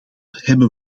hebben